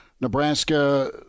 Nebraska